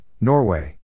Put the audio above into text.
Norway